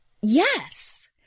Yes